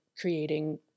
creating